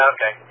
Okay